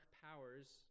powers